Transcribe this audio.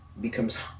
becomes